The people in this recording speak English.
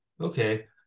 okay